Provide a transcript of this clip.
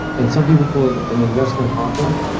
and some people call it an investment contract,